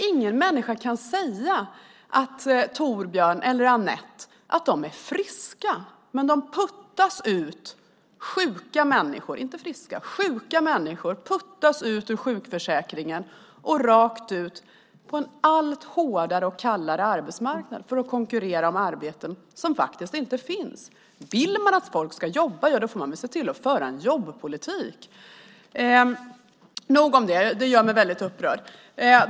Ingen människa kan nämligen säga att Torbjörn eller Anette är friska, men sjuka människor puttas ut ur sjukförsäkringen och rakt ut på en allt hårdare och kallare arbetsmarknad för att konkurrera om arbeten som faktiskt inte finns. Vill man att folk ska jobba får man se till att föra en jobbpolitik. Nog om detta. Det gör mig väldigt upprörd.